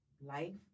life